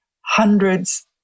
hundreds